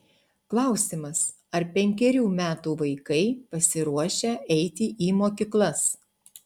klausimas ar penkerių metų vaikai pasiruošę eiti į mokyklas